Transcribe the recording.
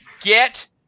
Get